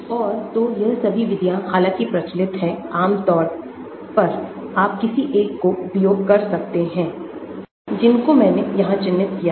और तो यह सबभी विधियां हालांकि प्रचलित हैं आम तौर आप किसी एक को उपयोग कर सकते हैं जिनको मैंने यहां चिह्नित किया है